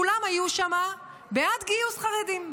כולם היו שם בעד גיוס חרדים,